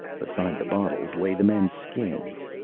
besides the bottles lay the men's skins.